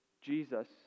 Jesus